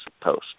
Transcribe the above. post